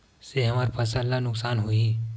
से हमर फसल ला नुकसान होही?